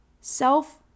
self